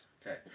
Okay